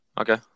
Okay